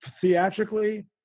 theatrically